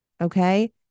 Okay